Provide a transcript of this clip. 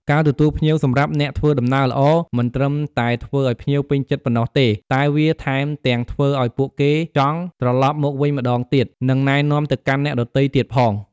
ការទទួលភ្ញៀវសម្រាប់អ្នកធ្វើដំណើរល្អ មិនត្រឹមតែធ្វើឲ្យភ្ញៀវពេញចិត្តប៉ុណ្ណោះទេ តែវាថែមទាំងធ្វើឲ្យពួកគេចង់ ត្រលប់មកវិញម្តងទៀត និងណែនាំទៅកាន់អ្នកដទៃទៀតផងដែរ។